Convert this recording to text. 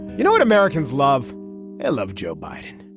you know what americans love? i love joe biden.